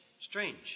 Strange